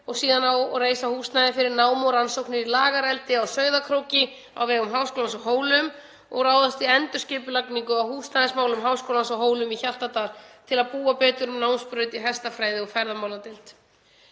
og síðan á að reisa húsnæði fyrir nám og rannsóknir í lagareldi á Sauðárkróki á vegum Háskólans á Hólum og ráðast í endurskipulagningu á húsnæðismálum Háskólans á Hólum í Hjaltadal til að búa betur um námsbraut í hestafræði og um ferðamáladeild.